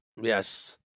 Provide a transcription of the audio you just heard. Yes